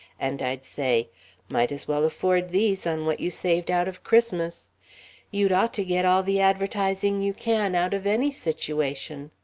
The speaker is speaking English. and i'd say might as well afford these on what you saved out of christmas you'd ought to get all the advertising you can out of any situation.